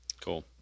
Cool